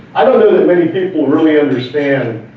i don't know that many people really understand